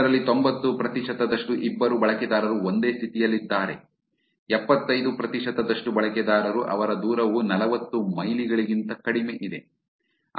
ಅದರಲ್ಲಿ ತೊಂಬತ್ತು ಪ್ರತಿಶತದಷ್ಟು ಇಬ್ಬರು ಬಳಕೆದಾರರು ಒಂದೇ ಸ್ಥಿತಿಯಲ್ಲಿದ್ದಾರೆ ಎಪ್ಪತ್ತೈದು ಪ್ರತಿಶತದಷ್ಟು ಬಳಕೆದಾರರು ಅವರ ದೂರವು ನಲವತ್ತು ಮೈಲಿಗಳಿಗಿಂತ ಕಡಿಮೆಯಿದೆ